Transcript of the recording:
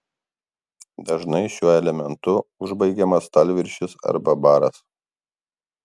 dažnai šiuo elementu užbaigiamas stalviršis arba baras